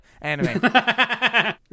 anime